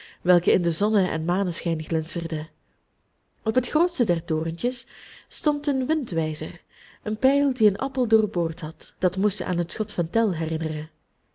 welke in den zonne en maneschijn glinsterden op het grootste der torentjes stond een windwijzer een pijl die een appel doorboord had dat moest aan het schot van tell herinneren